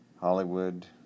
Hollywood